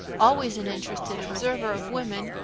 always an interested observer of women,